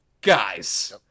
Guys